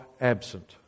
absent